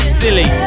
silly